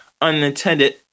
unintended